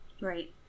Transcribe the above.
Right